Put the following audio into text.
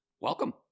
Welcome